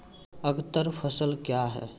अग्रतर फसल क्या हैं?